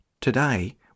Today